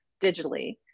digitally